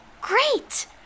Great